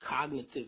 cognitive